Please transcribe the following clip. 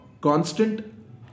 constant